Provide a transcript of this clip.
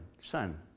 son